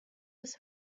his